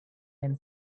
then